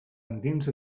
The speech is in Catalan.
endins